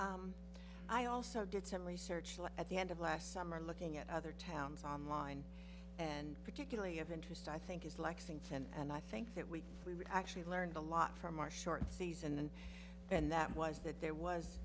one i also did some research at the end of last summer looking at other towns online and particularly of interest i think is lexington and i think that we actually learned a lot from our short season and that was that there was